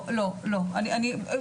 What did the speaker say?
לא, לא, לא, לא, אני